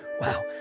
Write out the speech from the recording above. Wow